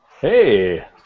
Hey